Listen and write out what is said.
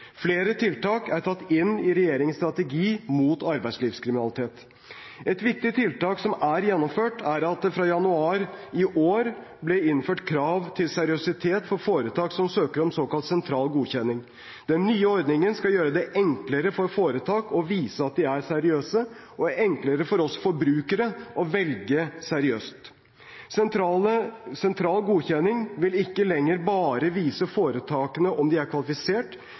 Flere tiltak er tatt inn i regjeringens strategi mot arbeidslivskriminalitet. Et viktig tiltak som er gjennomført, er at det fra januar i år ble innført krav til seriøsitet for foretak som søker om såkalt sentral godkjenning. Den nye ordningen skal gjøre det enklere for foretak å vise at de er seriøse, og enklere for oss forbrukere å velge seriøst. Sentral godkjenning vil ikke lenger bare vise om foretakene er kvalifisert. Det vil også vise om de